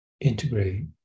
integrate